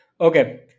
okay